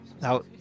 Now